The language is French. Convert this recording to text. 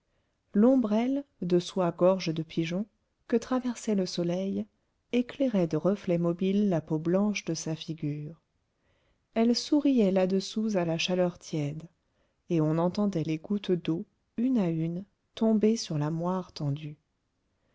l'ombrelle de soie gorge de pigeon que traversait le soleil éclairait de reflets mobiles la peau blanche de sa figure elle souriait làdessous à la chaleur tiède et on entendait les gouttes d'eau une à une tomber sur la moire tendue